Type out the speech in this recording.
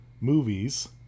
movies